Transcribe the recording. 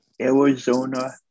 Arizona